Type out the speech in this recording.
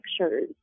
pictures